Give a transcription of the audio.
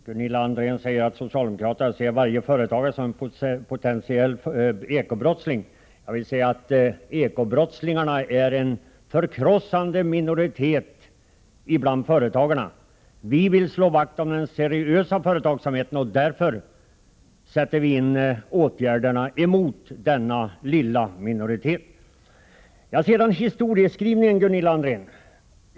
Herr talman! Gunilla André säger att socialdemokraterna ser varje företagare som en potentiell eko-brottsling. Jag vill påstå att eko-brottslingarna utgör en förkrossande minoritet bland företagarna. Vi vill slå vakt om den seriösa företagsamheten, och därför sätter vi in åtgärderna mot denna lilla minoritet.